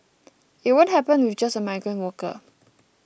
it won't happen with just a migrant worker